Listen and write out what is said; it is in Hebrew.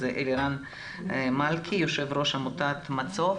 אלירן מלכי יו"ר עמותת מצו"ף.